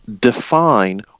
define